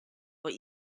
but